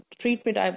treatment